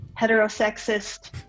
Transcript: heterosexist